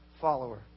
follower